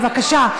בבקשה,